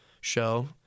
show